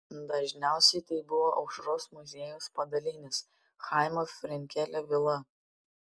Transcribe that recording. dažniausiai tai buvo aušros muziejaus padalinys chaimo frenkelio vila